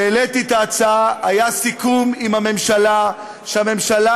כשהעליתי את ההצעה היה סיכום עם הממשלה שהממשלה